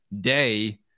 day